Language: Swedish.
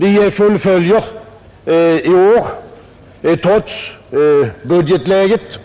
Vi fullföljer i år — trots budgetläget